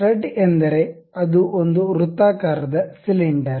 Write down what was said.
stud ಎಂದರೆ ಅದು ಒಂದು ವೃತ್ತಾಕಾರದ ಸಿಲಿಂಡರ್